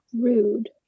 Rude